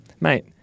mate